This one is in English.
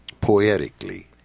poetically